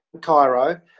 Cairo